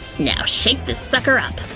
now shake the sucker up!